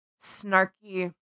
snarky